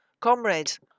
Comrades